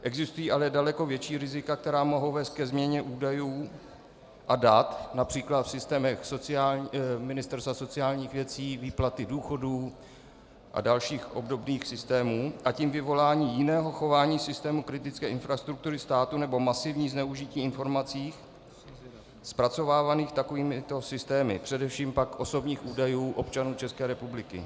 Existují ale daleko větší rizika, která mohou vést ke změně údajů a dat například v systémech Ministerstva sociálních věcí, výplaty důchodů a dalších obdobných systémů, a tím vyvolání jiného chování systému kritické infrastruktury státu nebo masivní zneužití informací zpracovávaných takovýmito systémy, především pak osobních údajů občanů České republiky.